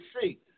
see